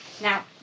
Now